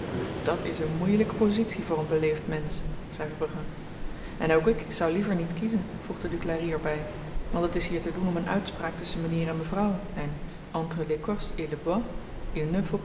dat is een moeielyke pozitie voor een beleefd mensch zei verbrugge en ook ik zou liever niet kiezen voegde duclari er by want het is hier te doen om een uitspraak tusschen m'nheer en mevrouw en entre l'écorce et le